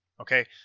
Okay